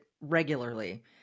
regularly